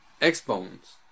X-Bones